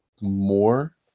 more